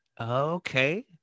Okay